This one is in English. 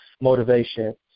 motivation